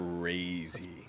crazy